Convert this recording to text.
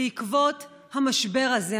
בעקבות המשבר הזה,